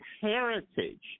heritage